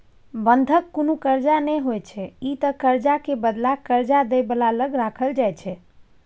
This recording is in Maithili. बंधक कुनु कर्जा नै होइत छै ई त कर्जा के बदला कर्जा दे बला लग राखल जाइत छै